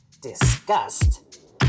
disgust